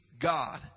God